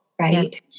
right